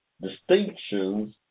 distinctions